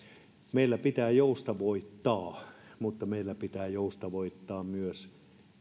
meillä pitää joustavoittaa mutta pitää joustavoittaa myös